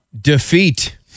Defeat